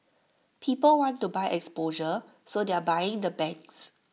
people want to buy exposure so they're buying the banks